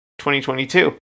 2022